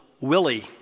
Willie